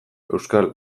euskal